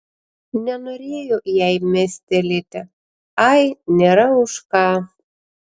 nenorėjo jai mestelėti ai nėra už ką